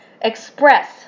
Express